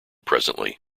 presently